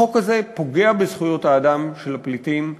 החוק הזה פוגע בזכויות האדם של הפליטים,